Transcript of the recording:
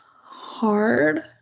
hard